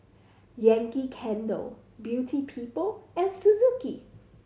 Yankee Candle Beauty People and Suzuki